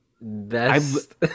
Best